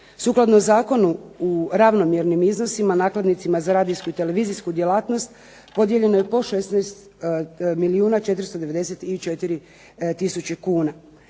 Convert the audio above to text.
Sukladno zakonu u ravnomjernim iznosima nakladnicima za radijsku i televizijsku djelatnost podijeljeno je po 16 milijuna 494 tisuće kuna.